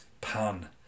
Pan